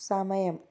സമയം